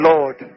Lord